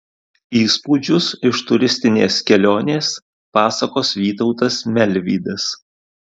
įspūdžius iš turistinės kelionės pasakos vytautas melvydas